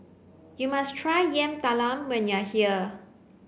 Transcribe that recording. you must try Yam Talam when you are here